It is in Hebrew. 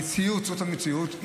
המציאות, זאת המציאות.